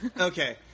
Okay